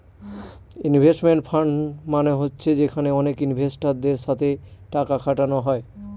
investment fund মানে হচ্ছে যেখানে অনেক ইনভেস্টারদের সাথে টাকা খাটানো হয়